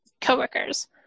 coworkers